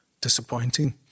disappointing